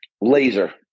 laser